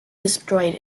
destroyed